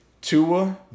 Tua